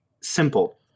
Simple